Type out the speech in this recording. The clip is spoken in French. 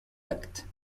actes